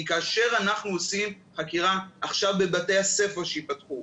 כי כאשר אנחנו עושים חקירה עכשיו בבתי הספר שייפתחו,